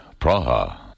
Praha